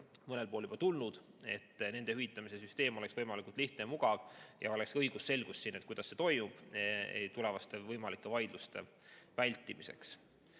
mõnel pool juba tulnud, et nende hüvitamise süsteem oleks võimalikult lihtne ja mugav ning oleks õigusselgus, kuidas see toimub tulevaste võimalike vaidluste vältimiseks.